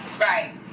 right